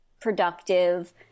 productive